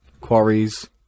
quarries